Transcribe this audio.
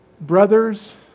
Brothers